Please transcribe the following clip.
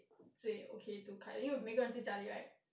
最 okay to 开因为每个人在家里 right